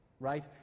right